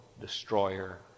destroyer